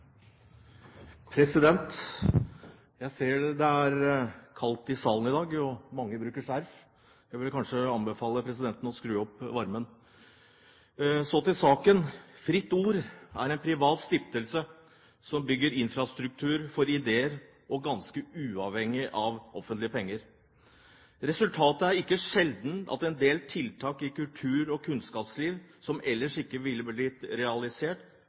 til saken. Fritt Ord er en privat stiftelse som bygger infrastruktur for ideer, ganske uavhengig av offentlige penger. Resultatet er ikke sjelden at en del tiltak i kultur- og kunnskapsliv som ellers ikke ville blitt realisert,